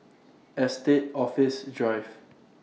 Estate Office Drive